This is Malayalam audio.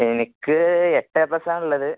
എനിക്ക് എട്ട് എ പ്ലസ് ആണുള്ളത്